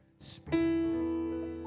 Spirit